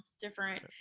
different